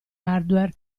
hardware